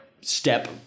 step